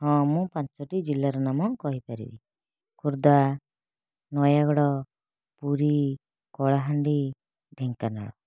ହଁ ମୁଁ ପାଞ୍ଚଟି ଜିଲ୍ଲାର ନାମ କହିପାରିବି ଖୋର୍ଦ୍ଧା ନୟାଗଡ଼ ପୁରୀ କଳାହାଣ୍ଡି ଢେଙ୍କାନାଳ